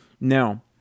Now